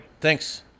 thanks